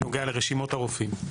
בנוגע לרשימות הרופאים.